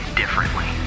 differently